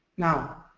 now,